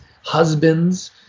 husbands